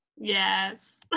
Yes